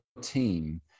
team